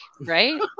right